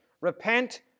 repent